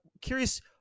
curious